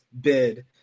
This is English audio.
bid